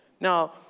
now